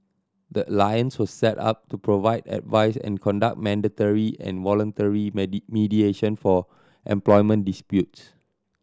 the alliance was set up to provide advice and conduct mandatory and voluntary mediation for employment disputes